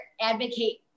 advocate